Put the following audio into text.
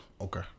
Okay